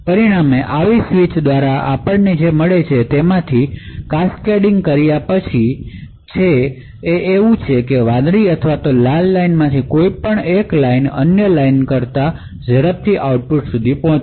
પરિણામે આવા સ્વીચ દ્વારા જે મળે છે તેમાંથી કાસ્કેડિંગ કર્યા પછી તે છે કે વાદળી અથવા લાલ રેખા માંથી કોઈ એક રેખા અન્ય રેખા કરતા ઝડપથી આઉટપુટ સુધી પહોંચશે